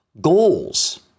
Goals